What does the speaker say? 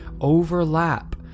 overlap